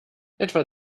etwa